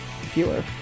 Fewer